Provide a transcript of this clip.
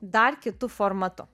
dar kitu formatu